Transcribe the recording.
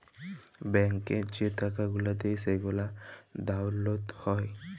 ব্যাংকে যে টাকা গুলা দেয় সেগলা ডাউল্লড হ্যয়